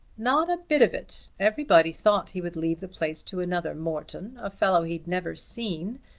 not a bit of it. everybody thought he would leave the place to another morton, a fellow he'd never seen,